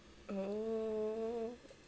oh